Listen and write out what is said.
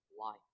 life